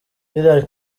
hillary